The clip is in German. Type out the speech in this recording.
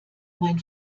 mein